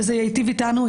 וזה ייטיב איתנו.